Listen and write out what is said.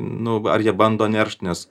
nu ar jie bando neršt nes